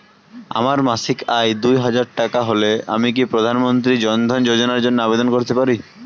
আমার মাসিক আয় দুহাজার টাকা হলে আমি কি প্রধান মন্ত্রী জন ধন যোজনার জন্য আবেদন করতে পারি?